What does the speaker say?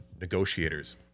negotiators